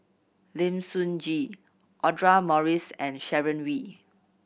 Lim Sun Gee Audra Morrice and Sharon Wee